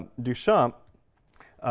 duchamp